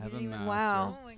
Wow